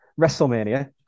WrestleMania